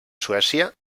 suècia